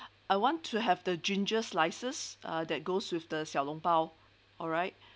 I want to have the ginger slices uh that goes with the xiao long bao alright